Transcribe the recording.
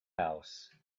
house